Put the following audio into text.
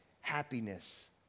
happiness